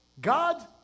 God